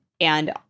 and-